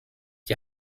die